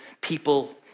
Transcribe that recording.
people